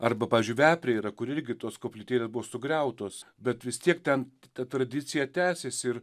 arba pavyzdžiui vepriai yra kur irgi tos koplytėlės buvo sugriautos bet vis tiek ten ta tradicija tęsėsi ir